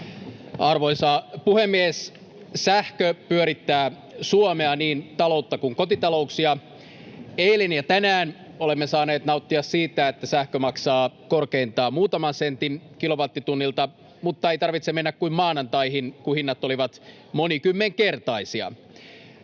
Arvoisa puhemies! Sähkö pyörittää Suomea, niin taloutta kuin kotitalouksia. Eilen ja tänään olemme saaneet nauttia siitä, että sähkö maksaa korkeintaan muutaman sentin kilowattitunnilta, mutta ei tarvitse mennä kuin maanantaihin, kun hinnat olivat monikymmenkertaisia.